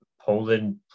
Poland